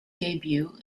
debut